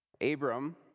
Abram